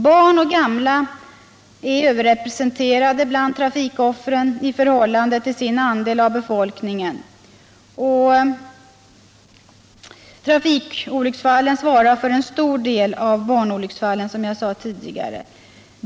Barn och gamla är överrepresenterade bland trafikoffren i förhållande till sin andel av befolkningen, och trafikolycksfallen svarar för en stor del av barnolycksfallen, som jag sade tidigare.